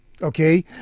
Okay